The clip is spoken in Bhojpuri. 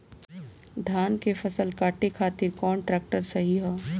धान के फसल काटे खातिर कौन ट्रैक्टर सही ह?